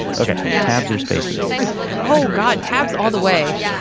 okay tabs are spaces oh god tabs all the way.